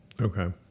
Okay